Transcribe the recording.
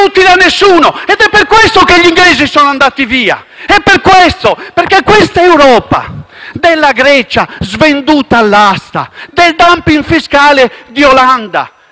è per questo che i britannici sono andati via, è proprio per questo: perché questa Europa della Grecia svenduta all'asta, del *dumping* fiscale di Olanda,